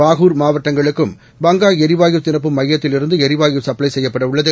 பாகுர்மாவட்டங்களுக்கும்பங்காளரிவாயுநிரப்பும்மையத்தி ல்இருந்து எரிவாயுசப்ளைசெய்யப்படஉள்ளது